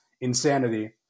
insanity